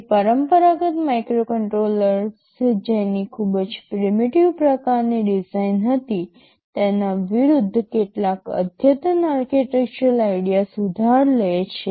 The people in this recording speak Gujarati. તે પરંપરાગત માઇક્રોકન્ટ્રોલર્સ જેની ખૂબ જ પ્રીમિટિવ પ્રકારની ડિઝાઇન હતી તેના વિરુદ્ધ કેટલાક અદ્યતન આર્કિટેક્ચરલ આઇડિયાસ્ ઉધાર લે છે